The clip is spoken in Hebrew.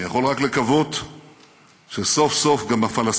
אני יכול רק לקוות שסוף-סוף גם הפלסטינים